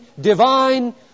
divine